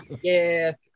Yes